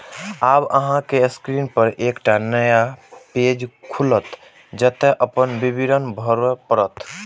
आब अहांक स्क्रीन पर एकटा नया पेज खुलत, जतय अपन विवरण भरय पड़त